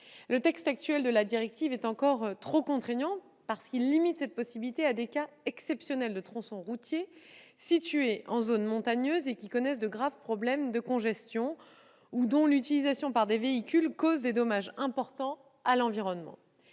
Le texte actuel de la directive est encore trop contraignant, parce qu'il limite cette possibilité à des cas exceptionnels de tronçons routiers situés en zone montagneuse et connaissant de graves problèmes de congestion, ou dont l'utilisation par des véhicules cause des dommages importants à l'environnement.